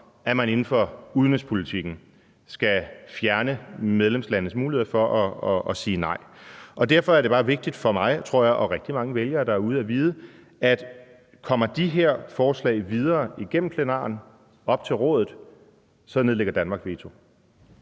at man nu inden for udenrigspolitikken skal fjerne medlemslandenes mulighed for at sige nej. Derfor er det bare vigtigt for mig og for rigtig mange vælgere derude, tror jeg, at vide, at kommer de her forslag videre igennem plenarforsamlingen og op til Rådet, så nedlægger Danmark veto.